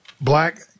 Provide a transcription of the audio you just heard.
black